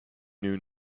knew